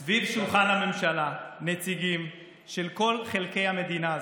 יסבו סביב שולחן הממשלה נציגים של כל חלקי המדינה הזאת.